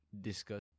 discuss